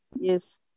Yes